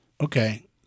Okay